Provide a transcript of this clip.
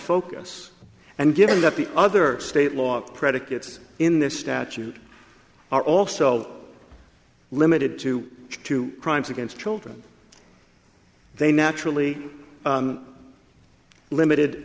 focus and given that the other state law predicates in this statute are also limited to two crimes against children they naturally limited